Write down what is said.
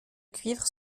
cuivre